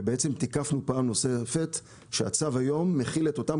בעצם תיקפנו פעם נוספת שהצו היום מכיל את אותם